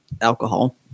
alcohol